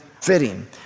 fitting